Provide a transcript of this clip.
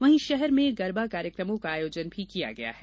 वहीं शहर में गरबा कार्यकमों का आयोजन भी किया गया है